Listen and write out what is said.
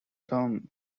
term